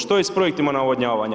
Što je s projektima navodnjavanja?